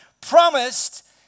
Promised